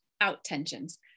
out-tensions